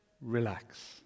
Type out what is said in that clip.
relax